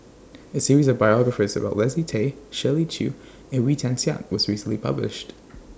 A series of biographies about Leslie Tay Shirley Chew and Wee Tian Siak was recently published